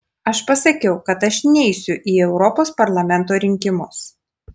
aš pasakiau kad aš neisiu į europos parlamento rinkimus